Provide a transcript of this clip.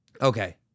Okay